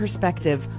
perspective